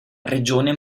regione